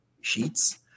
sheets